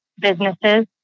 businesses